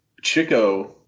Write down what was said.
Chico